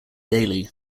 daily